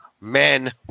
men